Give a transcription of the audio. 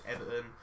Everton